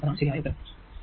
അതാണ് ശരിയായ ഉത്തരം